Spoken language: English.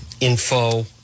info